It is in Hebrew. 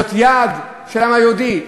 זה יעד של העם היהודי?